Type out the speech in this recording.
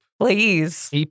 Please